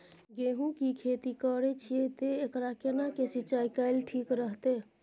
गेहूं की खेती करे छिये ते एकरा केना के सिंचाई कैल ठीक रहते?